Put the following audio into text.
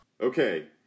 Okay